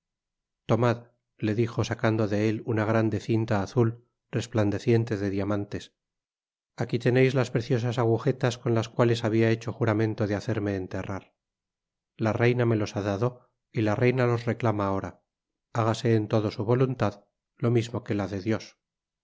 tomad le dijo sacando de él una grande cinta azul resplandeciente de diamantes aquí teneis las preciosas agujetas con las cuales habia hecho jura'mento de hacerme enterrar la reina me los ha dado y la reina los reclama ahora hágase en todo su voluntad lo mismo que la de dios